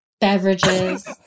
beverages